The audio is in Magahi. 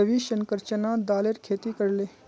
रविशंकर चना दालेर खेती करले